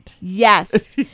Yes